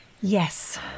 Yes